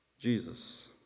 Jesus